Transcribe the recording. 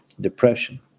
depression